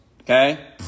okay